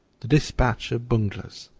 the dispatch of bunglers.